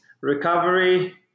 recovery